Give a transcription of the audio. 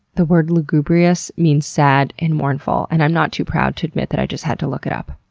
the word lugubrious means sad and mournful. and i'm not too proud to admit that i just had to look it up.